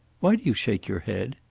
why do you shake your head?